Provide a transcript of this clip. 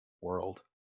world